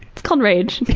it's called rage.